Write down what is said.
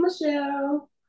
Michelle